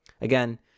Again